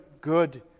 good